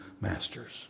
masters